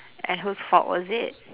and whose fault was it